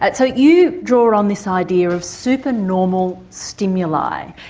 but so you draw on this idea of supernormal stimuli,